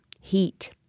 heat